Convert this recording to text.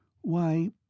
Why